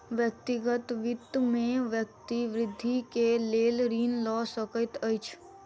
व्यक्तिगत वित्त में व्यक्ति वृद्धि के लेल ऋण लय सकैत अछि